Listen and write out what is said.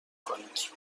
کنید